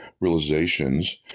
realizations